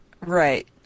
Right